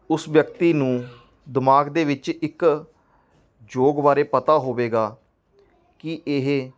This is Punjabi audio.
ਉਸ ਵਿਅਕਤੀ ਨੂੰ ਦਿਮਾਗ ਦੇ ਵਿੱਚ ਇੱਕ ਯੋਗ ਬਾਰੇ ਪਤਾ ਹੋਵੇਗਾ ਕਿ ਇਹ